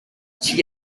she